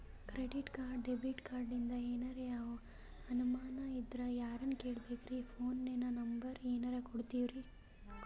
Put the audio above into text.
Credit card, debit ಕಾರ್ಡಿಂದ ಏನರ ಅನಮಾನ ಇದ್ರ ಯಾರನ್ ಕೇಳಬೇಕ್ರೀ, ಫೋನಿನ ನಂಬರ ಏನರ ಕೊಡ್ತೀರಿ?